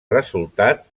resultat